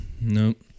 Nope